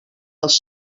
els